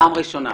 פעם ראשונה.